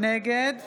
נגד